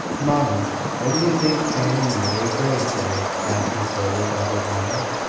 mamma, what do you think fanny and mary grey say? asked matilda of her mother.